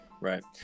right